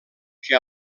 que